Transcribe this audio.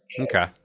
okay